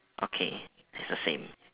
okay it's the same